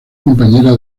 compañera